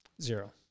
Zero